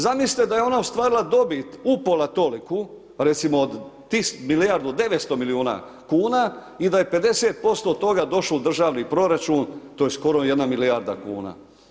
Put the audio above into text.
Zamislite da je ona ostvarila dobit upola toliku, recimo od milijardu 900 milijuna kuna i da je 50% od toga došlo u državni proračun, to je skoro 1 milijarda kuna.